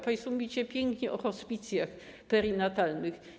Państwo mówicie pięknie o hospicjach perinatalnych.